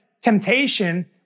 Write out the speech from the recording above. temptation